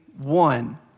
One